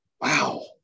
wow